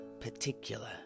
particular